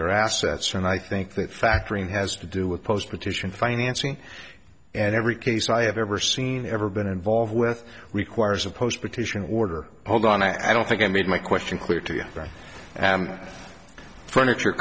their assets and i think that factoring has to do with post petition financing and every case i have ever seen ever been involved with requires a post petition order hold on i don't think i made my question clear to